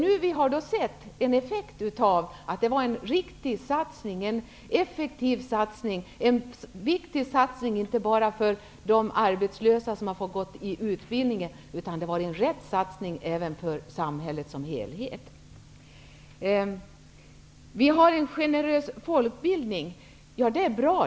Nu ser vi effekten. Det var en riktig, effektiv och värdefull satsning inte bara för de arbetslösa som fått utbildning utan också för samhället som helhet. Vi har en generös folkbildning, och det är bra.